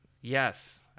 Yes